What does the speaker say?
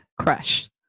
crush